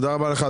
תודה רבה לך,